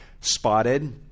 spotted